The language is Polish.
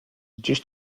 dziś